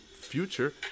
future